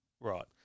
Right